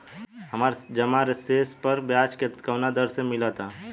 हमार जमा शेष पर ब्याज कवना दर से मिल ता?